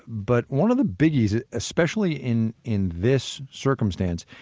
but one of the biggies, especially in in this circumstance,